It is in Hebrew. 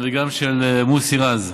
וגם של מוסי רז.